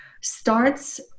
starts